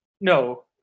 No